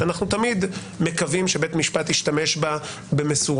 שאנחנו תמיד מקווים שבית משפט ישתמש בה במשורה,